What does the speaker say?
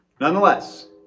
Nonetheless